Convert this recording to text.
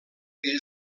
que